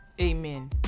Amen